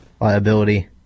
liability